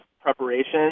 preparation